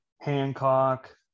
Hancock